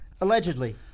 Allegedly